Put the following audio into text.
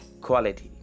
quality